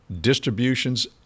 distributions